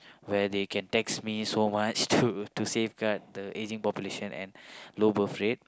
where they can tax me so much to safeguard the ageing population and low birth rate